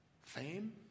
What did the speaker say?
fame